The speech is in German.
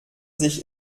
sich